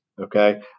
Okay